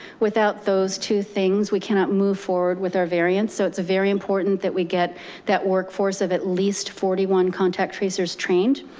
without those two things, we cannot move forward with our variants. so it's very important that we get that workforce of at least forty one contact tracers trained,